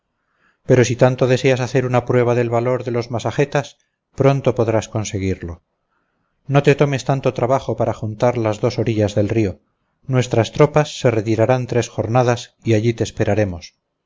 pero si tanto deseas hacer una prueba del valor de los masagetas pronto podrás conseguirlo no te tomes tanto trabajo para juntar las dos orillas del río nuestras tropas se retirarán tres jornadas y allí te esperaremos